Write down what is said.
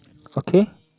okay